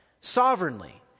sovereignly